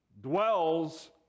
dwells